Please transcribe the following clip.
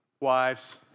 wives